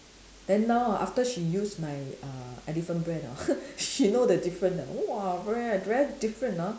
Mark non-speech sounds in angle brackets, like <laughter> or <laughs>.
then now ah after she use my uh elephant brand ah <laughs> she know the different ah !whoa! very very different ah